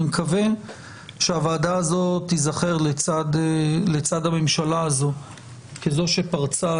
אני מכוון שהוועדה הזאת תיזכר לצד הממשלה הזו כזו שפרצה